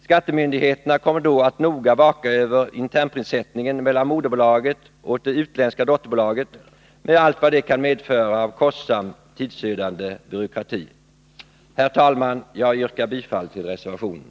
Skattemyndigheterna kommer då att noga vaka över internprissättningen mellan moderbolaget och det utländska dotterbolaget med allt vad det kan medföra av kostsam, tidsödande byråkrati. Herr talman! Jag yrkar bifall till reservationen.